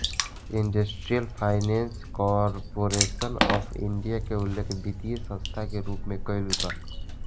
industrial finance corporation of India के उल्लेख वित्तीय संस्था के रूप में कईल बा